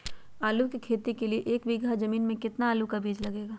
आलू की खेती के लिए एक बीघा जमीन में कितना आलू का बीज लगेगा?